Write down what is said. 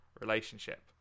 relationship